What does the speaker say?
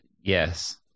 Yes